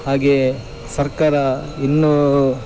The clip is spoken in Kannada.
ಹಾಗೇ ಸರ್ಕಾರ ಇನ್ನೂ